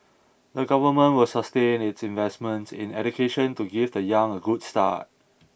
the government will sustain its investments in education to give the young a good start